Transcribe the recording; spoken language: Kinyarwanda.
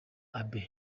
abe